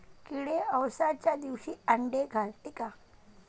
किडे अवसच्या दिवशी आंडे घालते का?